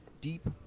Deep